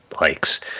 likes